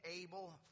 able